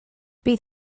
bydd